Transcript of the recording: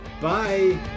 Bye